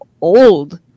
old